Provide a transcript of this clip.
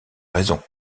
raison